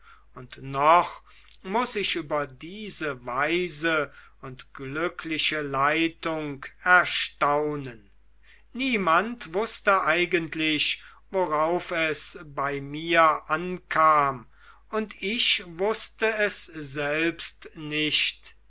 und noch muß ich über diese weise und glückliche leitung erstaunen niemand wußte eigentlich worauf es bei mir ankam und ich wußte es selbst nicht